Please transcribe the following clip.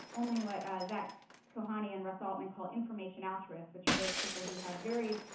only what zack cohony and russ altman call information altruists, which are those people who have very